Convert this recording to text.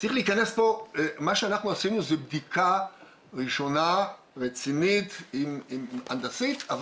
מה שאנחנו עשינו זו בדיקה ראשונה רצינית הנדסית,